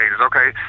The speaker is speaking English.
okay